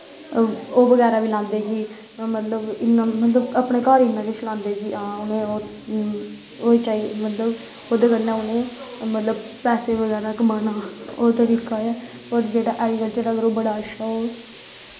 ओह् बगैरा बी लांदे कि मतलब अपने घर इन्ना किश लांदे कि ओह् मतलब ओह्दे कन्नै उ'नें मतलव पैसे बगैरा कमाना दा तरीका ऐ होर जेह्ड़ा ऐग्रीकल्चर दा बड़ा अच्छा